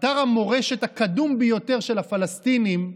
אתר המורשת הקדום ביותר של הפלסטינים,